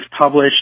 published